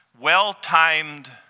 well-timed